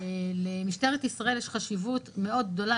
למשטרת ישראל יש חשיבות מאוד גדולה